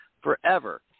forever